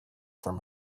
from